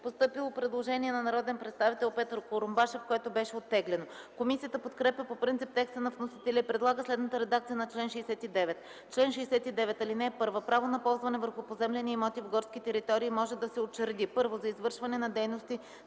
Постъпило е предложение на народния представител Петър Курумбашев, което беше оттеглено. Комисията подкрепя по принцип текста на вносителя и предлага следната редакция на чл. 69: „Чл. 69. (1) Право на ползване върху поземлени имоти в горски територии може да се учреди: 1. за извършване на дейности,